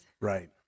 Right